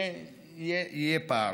יהיה פער.